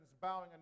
bowing